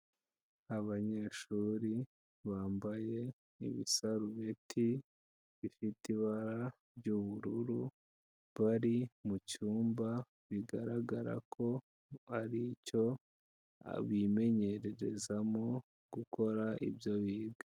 Abanyeshuri bambaye ibisarubeti bifite ibara ry'ubururu, bari mu cyumba bigaragara ko ari icyo bimenyererezamo gukora ibyo biga.